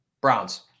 Browns